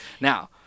Now